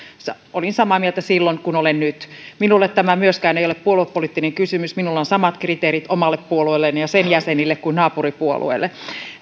olin samaa mieltä silloin kuin olen nyt minulle tämä ei ole myöskään puoluepoliittinen kysymys minulla on samat kriteerit omalle puolueelleni ja sen jäsenille kuin naapuripuolueelle